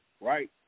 right